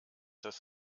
das